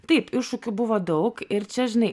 taip iššūkių buvo daug ir čia žinai